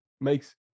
makes